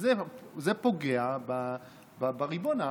וזה פוגע בריבון.